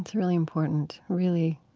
really important. really,